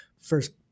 first